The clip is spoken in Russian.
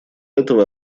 этого